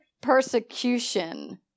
persecution